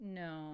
no